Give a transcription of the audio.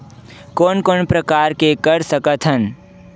कोन कोन प्रकार के कर सकथ हन?